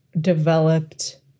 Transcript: developed